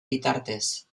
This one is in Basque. bitartez